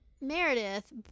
Meredith